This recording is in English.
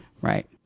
Right